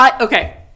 Okay